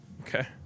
Okay